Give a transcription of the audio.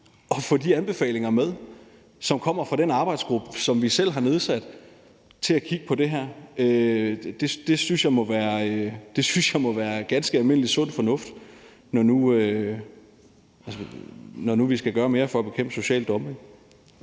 at få de anbefalinger med, som kommer fra den arbejdsgruppe, som vi selv har nedsat til at kigge på det her. Det synes jeg må være ganske almindelig sund fornuft, når nu vi skal gøre mere for at bekæmpe social dumping.